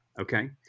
Okay